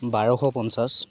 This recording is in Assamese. বাৰশ পঞ্চাছ